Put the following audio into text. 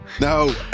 No